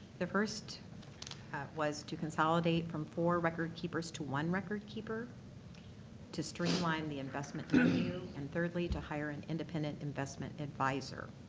the first was to consolidate from four record keepers to one record keeper to streamline the investment menu and thirdly to hire an independent investment advisor.